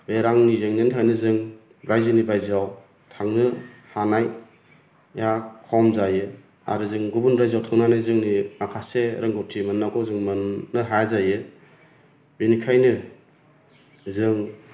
बे रांनि जेंनानि थाखायनो जों राइजोनि बायजोआव थांनो हानाया खम जायो आरो जों गुबुन राज्योआव थांनानै जोंनि माखासे रोंगौथि मोन्नांगौखौ जों मोन्नो हाया जायो बेनिखायनो जों